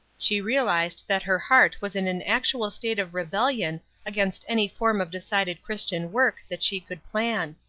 she realized that her heart was in an actual state of rebellion against any form of decided christian work that she could plan.